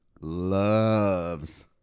loves